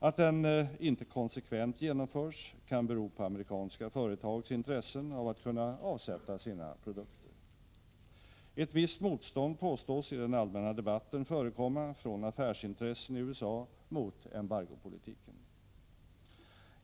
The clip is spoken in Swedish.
Att den inte konsekvent genomförs kan bero på amerikanska företags intressen av att kunna avsätta sina produkter. Ett visst motstånd påstås i den allmänna debatten förekomma från affärsintressen i USA mot embargopolitiken.